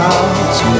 out